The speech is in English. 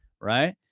right